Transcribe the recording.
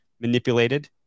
manipulated